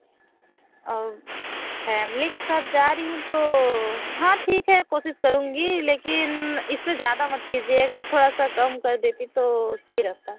family के साथ जा रही हूँ तो हाँ ठीक है कोशिश करूंगी लेकिन इससे ज़्यादा मत कीजिएगा थोड़ा सा कम कर देती तो सही रहता